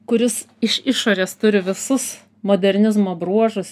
kuris iš išorės turi visus modernizmo bruožus